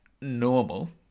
normal